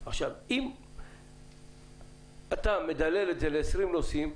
אם אתה מדלל את המספר ל-20 נוסעים,